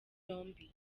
yombi